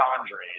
Andres